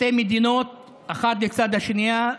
שתי מדינות אחת לצד השנייה,